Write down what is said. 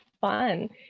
fun